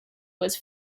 was